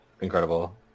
Incredible